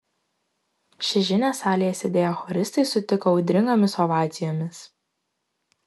šią žinią salėje sėdėję choristai sutiko audringomis ovacijomis